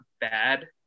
bad